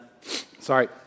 Sorry